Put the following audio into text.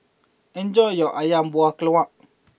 enjoy your Ayam Buah Keluak